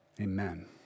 Amen